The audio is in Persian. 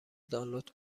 دانلود